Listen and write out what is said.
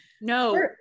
no